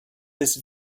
this